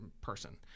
person